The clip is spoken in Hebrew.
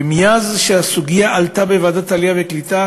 ומאז שהסוגיה עלתה בוועדת העלייה והקליטה